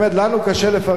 לנו קשה לפרגן.